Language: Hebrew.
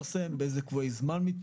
באיזה קבועי זמן זה מתפרסם,